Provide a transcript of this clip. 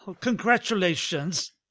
Congratulations